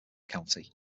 county